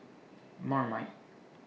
Marmite